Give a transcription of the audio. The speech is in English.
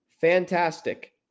fantastic